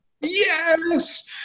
Yes